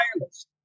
wireless